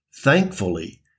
Thankfully